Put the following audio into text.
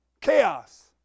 chaos